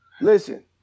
Listen